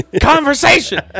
conversation